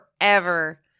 forever